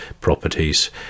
properties